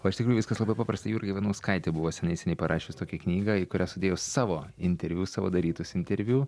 o iš tikrųjų viskas labai paprasta jurga ivanauskaitė buvo seniai seniai parašius tokią knygą į kurią sudėjo savo interviu savo darytus interviu